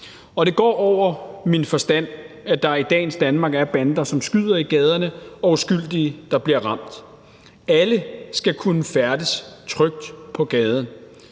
Og det går over min forstand, at der i dagens Danmark er bander, som skyder i gaderne, og uskyldige, der bliver ramt. Alle skal kunne færdes trygt på gaden.